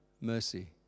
mercy